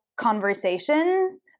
conversations